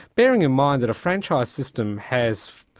bearing in mind that a franchise system has,